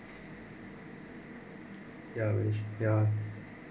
ya that should ya